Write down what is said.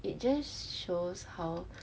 it just shows how